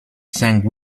sang